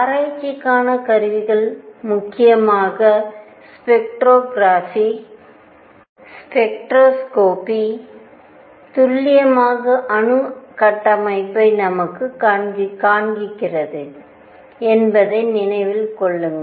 ஆராய்ச்சிக்கான கருவிகள் முக்கியமாக ஸ்பெக்ட்ரோஸ்கோபி ஸ்பெக்ட்ரோஸ்கோபி துல்லியமாக அணு கட்டமைப்பை நமக்கு காண்பிக்கிறது என்பதை நினைவில் கொள்ளுங்கள்